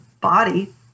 body